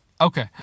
okay